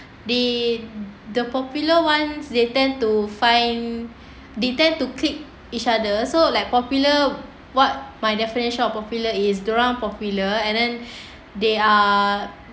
they the popular ones they tend to find they tend to clique each other so like popular what my definition of popular is dia orang popular and then they are